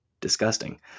disgusting